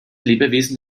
lebewesen